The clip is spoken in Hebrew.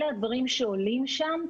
אלה הדברים שעולים שם,